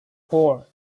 four